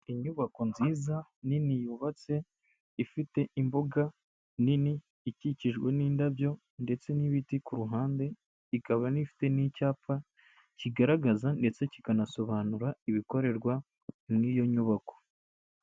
Inyubako nziza nini yubatse ifite imbuga nini ikikijwe n'indabyo ndetse n'ibiti ku ruhande, ikaba n'ifite n'icyapa kigaragaza ndetse kikanasobanura ibikorerwa muri iyo nyubako.